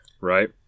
right